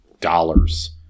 dollars